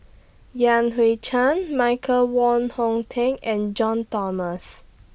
Yan Hui Chang Michael Wong Hong Teng and John Thomas